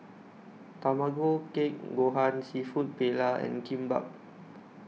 Tamago Kake Gohan Seafood Paella and Kimbap